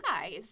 guys